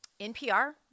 NPR